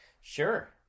Sure